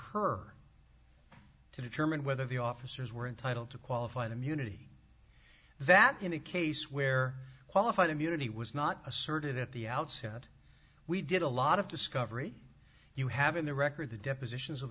her to determine whether the officers were entitled to qualified immunity that in a case where qualified immunity was not asserted at the outset we did a lot of discovery you have in the record the depositions of